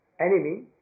enemy